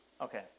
Okay